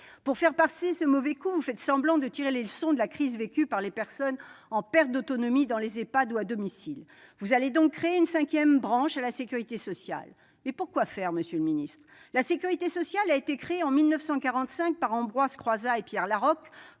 Pour faire passer ce mauvais coup, vous faites semblant de tirer des leçons de la crise vécue par les personnes en perte d'autonomie dans les Ehpad ou à domicile. Vous allez donc créer une cinquième branche de la sécurité sociale. Mais pour quoi faire, monsieur le secrétaire d'État ? La sécurité sociale a été créée en 1945 par Ambroise Croizat et Pierre Laroque